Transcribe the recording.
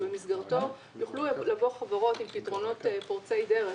שבמסגרתו יוכלו לבוא חברות עם פתרונות פורצי דרך